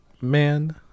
man